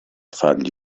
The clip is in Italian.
fargli